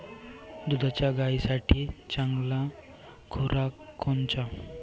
दुधाच्या गायीसाठी चांगला खुराक कोनचा?